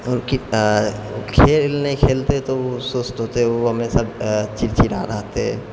खेल नहि खेलतै तऽ उ सुस्त होतै उ हमेशा चिड़चिड़ा रहतै